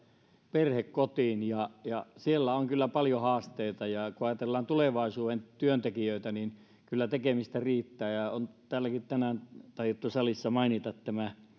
perhekotiin ja ja siellä on kyllä paljon haasteita kun ajatellaan tulevaisuuden työntekijöitä niin kyllä tekemistä riittää ja ja on täälläkin tänään taidettu salissa mainita tämä